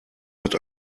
hat